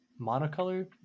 monocolor